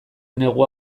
negua